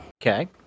Okay